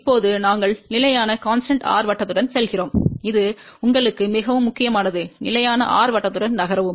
இப்போது நாங்கள் நிலையான r வட்டத்துடன் செல்கிறோம் இது உங்களுக்கு மிகவும் முக்கியமானது நிலையான r வட்டத்துடன் நகரவும்